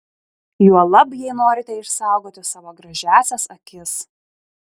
juolab jei norite išsaugoti savo gražiąsias akis